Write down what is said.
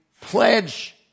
pledge